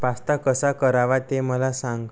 pasta कसा करावा ते मला सांग